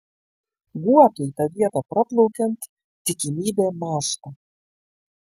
guotui tą vietą praplaukiant tikimybė mąžta